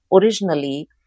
originally